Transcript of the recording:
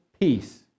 peace